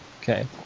Okay